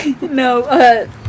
No